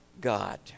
God